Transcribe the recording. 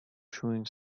shooting